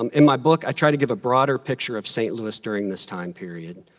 um in my book, i try to give a broader picture of st. louis during this time period,